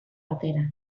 batera